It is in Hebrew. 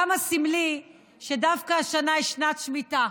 כמה סמלי שדווקא השנה היא שנת שמיטה.